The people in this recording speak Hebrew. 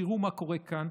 תראו מה קורה כאן,